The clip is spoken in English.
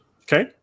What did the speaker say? Okay